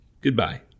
Goodbye